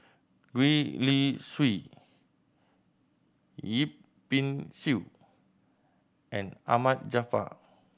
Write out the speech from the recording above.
Gwee Li Sui Yip Pin Xiu and Ahmad Jaafar